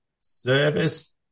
service